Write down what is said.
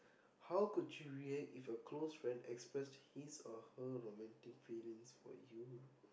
how could you react if a close friend express his or her romantic feelings for you